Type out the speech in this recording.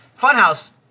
Funhouse